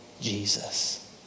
Jesus